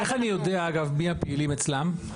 איך אני יודע מי הפעילים אצלם?